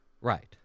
Right